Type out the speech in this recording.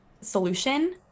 solution